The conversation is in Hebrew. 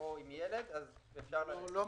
שאלנו.